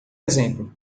exemplo